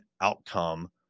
outcome